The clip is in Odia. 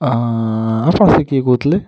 ହଁ ଆପଣ ସେ କିଏ କହୁଥିଲେ